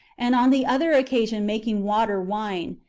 and on the other occasion making water wine,